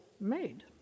made